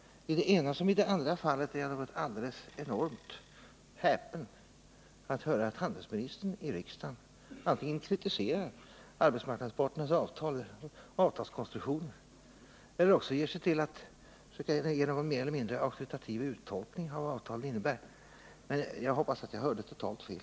I det ena lika väl som i det andra fallet blir jag alldeles enormt häpen om jag höratt handelsministern antingen kritiserar arbetsmarknadsparternas avtalskonstruktioner eller också ger sig på att försöka göra en mer eller mindre auktoritativ uttolkning av vad avtalen innebär. Men jag hoppas att jag hörde totalt fel.